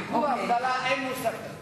מיגור האבטלה, אין מושג כזה.